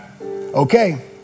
Okay